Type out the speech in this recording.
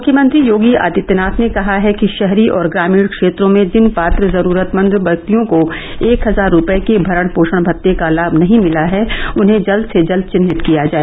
मुख्यमंत्री योगी आदित्यनाथ ने कहा है कि शहरी और ग्रामीण क्षेत्रों में जिन पात्र जरूरतमंद व्यक्तियों को एक हजार रूपये के भरण पोषण भत्ते का लाम नहीं मिला है उन्हें जल्द से जल्द चिन्हित किया जाए